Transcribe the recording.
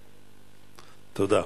תודה.